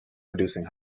producing